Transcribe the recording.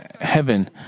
heaven